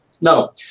No